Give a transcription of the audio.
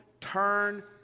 turn